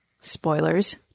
spoilers